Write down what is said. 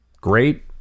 Great